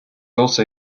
also